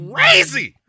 Crazy